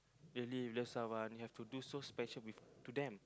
really love someone you've do so special with to them